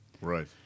Right